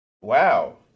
wow